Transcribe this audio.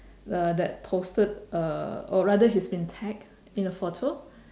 uh that posted uh or rather he's been tagged in a photo